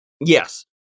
Yes